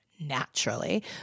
naturally